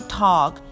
talk